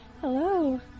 Hello